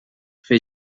fer